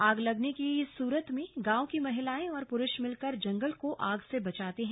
आग लगने की सूरत में गांव की महिलाएं और पुरुष मिलकर जंगल को आग से बचाते हैं